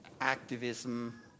activism